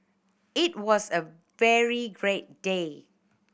it was a very great day